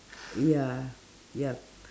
ya yup